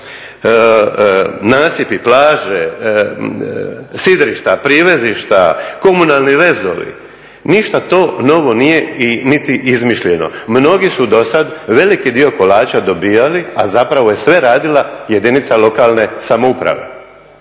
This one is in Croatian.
nasipi, plaže, sidrišta, privezišta, komunalni vezovi, ništa to novo nije niti izmišljeno. Mnogi su dosad veliki dio kolača dobivali, a zapravo je sve radila jedinica lokalne samouprave.